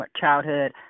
childhood